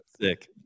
Sick